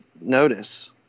notice